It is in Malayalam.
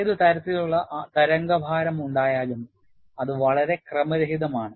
ഏത് തരത്തിലുള്ള തരംഗഭാരം ഉണ്ടായാലും അത് വളരെ ക്രമരഹിതമാണ്